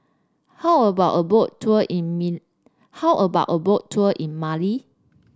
how about a Boat Tour in Mali